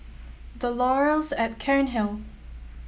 The Laurels at Cairnhill